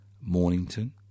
Mornington